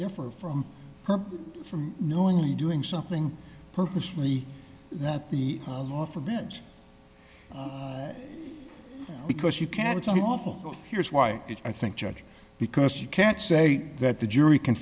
differ from her from knowingly doing something purposefully that the law forbids because you can it's an awful here's why i think judge because you can't say that the jury can